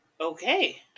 Okay